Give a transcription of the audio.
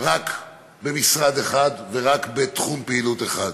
רק במשרד אחר ורק בתחום פעילות אחד,